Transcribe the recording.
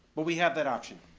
but we have that option.